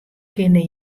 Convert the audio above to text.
kinne